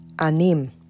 Anim